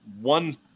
one